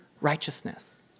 righteousness